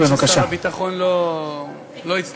לא, אני